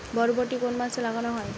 বরবটি কোন মাসে লাগানো হয়?